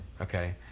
Okay